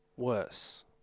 worse